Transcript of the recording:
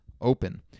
Open